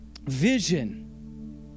vision